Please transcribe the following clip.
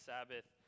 Sabbath